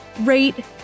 rate